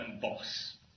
boss